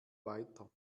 weiter